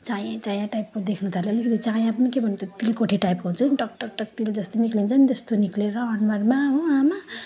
चायै चाया टाइपको देखिनुथाल्यो अलिकति चाया पनि के भन्नु त्यो तिल कोठी टाइपको हुन्छ नि त्यो टक टक टक तिलको जस्तो निस्किन्छ नि त्यस्तो निस्किएर अनुहारमा हो आमा